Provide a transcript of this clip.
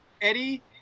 Eddie